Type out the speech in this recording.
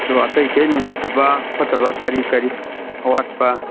ꯑꯗꯣ ꯑꯇꯩ ꯑꯇꯩ ꯅꯨꯡꯉꯥꯏꯇꯕ ꯈꯣꯠꯇꯕ ꯀꯔꯤ ꯀꯔꯤ ꯑꯋꯥꯠꯄ